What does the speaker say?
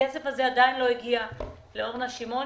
הכסף הזה עדיין לא הגיע לאורנה שמעוני.